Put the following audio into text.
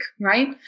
right